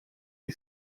die